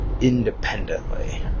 independently